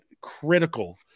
critical